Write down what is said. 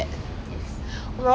do you know I wear socks at home